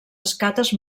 escates